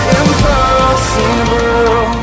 impossible